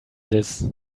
this